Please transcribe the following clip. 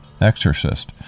exorcist